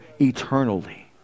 eternally